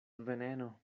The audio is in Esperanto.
veneno